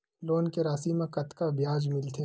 Loan के राशि मा कतका ब्याज मिलथे?